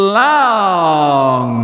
long